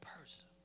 person